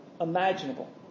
imaginable